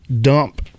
dump